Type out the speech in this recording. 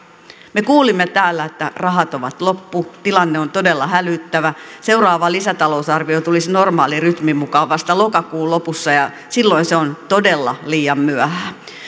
me kuulimme täällä että rahat ovat loppu tilanne on todella hälyttävä seuraava lisätalousarvio tulisi normaalirytmin mukaan vasta lokakuun lopussa ja silloin se on todella liian myöhään